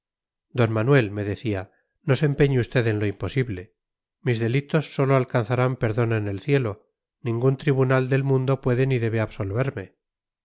d manuel me decía no se empeñe usted en lo imposible mis delitos sólo alcanzarán perdón en el cielo ningún tribunal del mundo puede ni debe